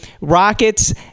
rockets